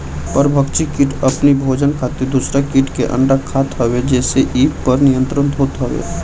परभक्षी किट अपनी भोजन खातिर दूसरा किट के अंडा खात हवे जेसे इ पर नियंत्रण होत हवे